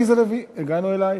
חברת הכנסת עליזה לביא, הגענו אלייך,